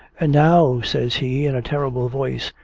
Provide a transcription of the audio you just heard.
and now, says he, in a terrible voice,